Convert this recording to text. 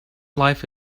life